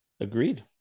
agreed